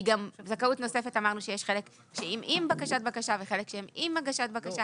בזכאות נוספת אמרנו שיש חלק עם בקשת בקשה וחלק שהם עם הגשת בקשה,